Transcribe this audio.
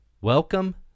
Welcome